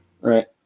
Right